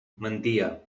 mentia